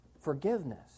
forgiveness